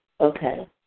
Okay